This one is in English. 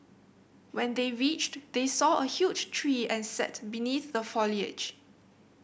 when they reached they saw a huge tree and sat beneath the foliage